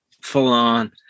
full-on